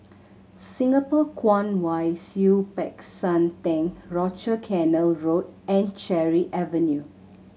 Singapore Kwong Wai Siew Peck San Theng Rochor Canal Road and Cherry Avenue